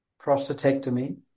prostatectomy